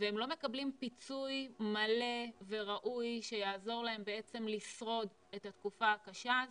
והם לא מקבלים פיצוי מלא וראוי שיעזור להם לשרוד את התקופה הקשה הזו.